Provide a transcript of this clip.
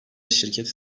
şirket